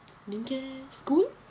எங்க:enga school